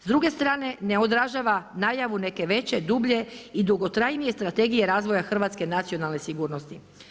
S druge strane ne odražava najavu neke veće, dublje i dugotrajnije Strategije razvoja hrvatske nacionalne sigurnosti.